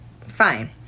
fine